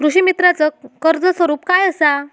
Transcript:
कृषीमित्राच कर्ज स्वरूप काय असा?